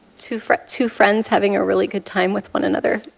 two friends two friends having a really good time with one another